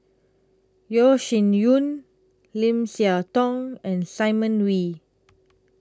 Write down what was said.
Yeo Shih Yun Lim Siah Tong and Simon Wee